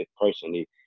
personally